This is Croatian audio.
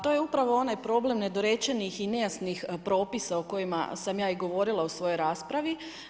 To je upravo onaj problem nedorečenih i nejasnih propisa o kojima sam ja i govorila o svojoj raspravi.